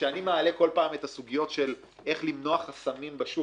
כשאני מעלה כל פעם את הסוגיות של איך למנוע חסמים בשוק